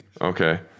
Okay